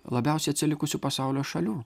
labiausiai atsilikusių pasaulio šalių